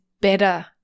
better